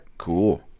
Cool